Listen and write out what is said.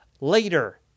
later